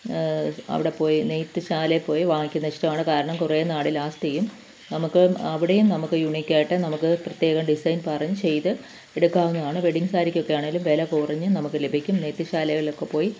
അവിടെപ്പോയി നെയ്ത്ത് ശാലയിൽപ്പോയി വാങ്ങിക്കുന്നതിഷ്ടമാണ് കാരണം കുറേ നാൾ ലാസ്റ്റ് ചെയ്യും നമുക്ക് അവിടേയും നമുക്ക് യൂണീക്കായിട്ട് നമുക്ക് പ്രത്യേകം ഡിസൈൻ പറഞ്ഞ് ചെയ്ത് എടുക്കാവുന്നയാണ് വെഡ്ഡിങ്ങ് സാരിക്കൊക്കെ ആണേലും വില കുറഞ്ഞും നമുക്ക് ലഭിക്കും നെയ്ത്ത് ശാലകളിലൊക്കെപ്പോയി